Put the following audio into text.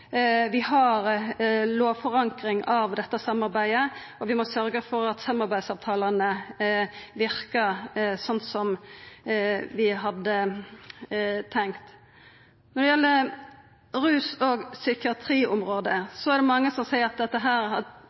Vi har lovforankring av dette samarbeidet, og vi må sørgja for at samarbeidsavtalane verkar sånn som vi hadde tenkt. Når det gjeld rus- og psykiatriområdet, er det mange som seier at